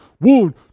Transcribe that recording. one